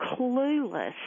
clueless